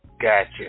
Gotcha